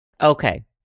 okay